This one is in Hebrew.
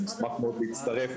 נשמח מאוד להצטרף,